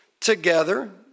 together